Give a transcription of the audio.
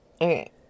Okay